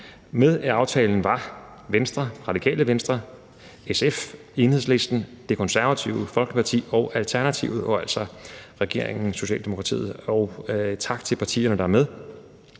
Med i aftalen er Venstre, Radikale Venstre, SF, Enhedslisten, Det Konservative Folkeparti og Alternativet og altså regeringen – og tak til partierne, der er med.